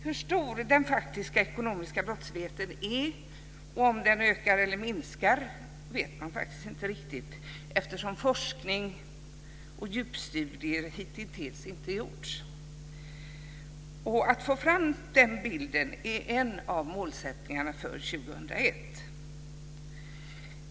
Hur stor den faktiska ekonomiska brottsligheten är och om den ökar eller minskar vet man inte riktigt, eftersom forskning och djupstudier hitintills inte gjorts. Att få fram den bilden är en av målsättningarna för 2001.